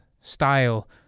style